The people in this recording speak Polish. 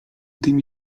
tymi